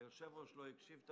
היושב-ראש לא הקשיב.